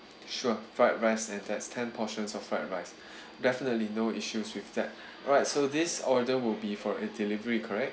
sure fried rice and that's ten portions of fried rice definitely no issues with that alright so this order will be for a delivery correct